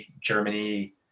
Germany